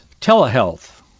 telehealth